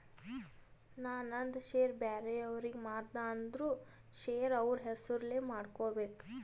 ನಾ ನಂದ್ ಶೇರ್ ಬ್ಯಾರೆ ಅವ್ರಿಗೆ ಮಾರ್ದ ಅಂದುರ್ ಶೇರ್ ಅವ್ರ ಹೆಸುರ್ಲೆ ಮಾಡ್ಕೋಬೇಕ್